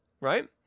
right